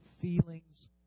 feelings